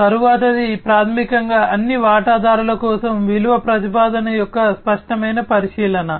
తరువాతిది ప్రాథమికంగా అన్ని వాటాదారుల కోసం విలువ ప్రతిపాదన యొక్క స్పష్టమైన పరిశీలన